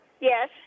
yes